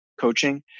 coaching